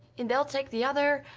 and they'll take the other?